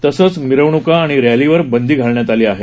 तसंच मिरवणूक आणि रॅलींवर बंदी घालण्यात आली आहे